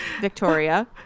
victoria